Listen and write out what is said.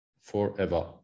forever